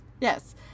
Yes